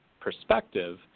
perspective